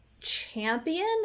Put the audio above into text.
champion